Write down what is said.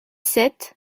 sept